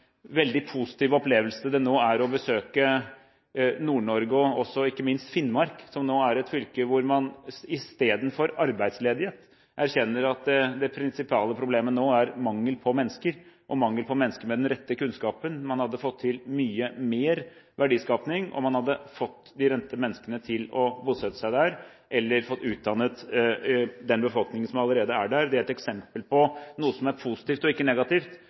veldig positiv opplevelse å besøke Nord-Norge og ikke minst Finnmark. Det er et fylke hvor man – istedenfor å ha arbeidsledighet – erkjenner at det prinsipale problemet nå er mangel på mennesker, og mangel på mennesker med den rette kunnskapen. Man hadde fått til mye mer verdiskaping om man hadde fått de rette menneskene til å bosette seg der eller fått utdannet den befolkningen som allerede er der. Det er et eksempel på noe som er positivt, ikke negativt,